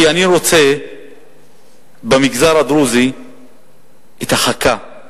כי אני רוצה במגזר הדרוזי את החכה,